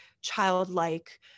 childlike